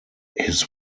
his